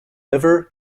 liver